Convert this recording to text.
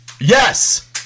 Yes